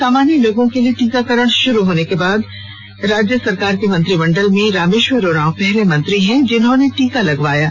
सामान्य लोगों के लिए टीकाकरण शुरू होने के बाद हेमंत सरकार के मंत्रिमंडल में रामेश्वर उरांव पहले मंत्री हैं जिन्होंने टीका लगवाया है